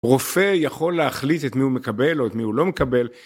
רופא יכול להחליט את מי הוא מקבל או את מי הוא לא מקבל